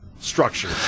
structure